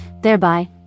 thereby